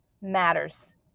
matters